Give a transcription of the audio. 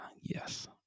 Yes